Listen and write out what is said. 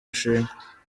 nshinga